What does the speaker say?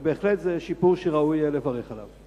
וזה בהחלט שיפור שראוי לברך עליו.